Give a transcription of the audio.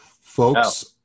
folks